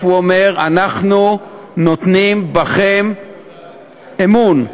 הוא אומר: אנחנו נותנים בכם אמון,